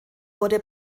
wurde